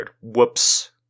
Whoops